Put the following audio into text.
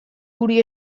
guri